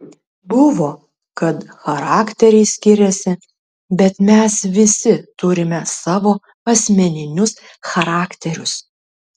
buvo kad charakteriai skiriasi bet mes visi turime savo asmeninius charakterius